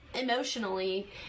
emotionally